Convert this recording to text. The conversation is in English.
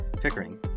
Pickering